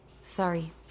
Sorry